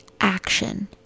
action